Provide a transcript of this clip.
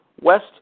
West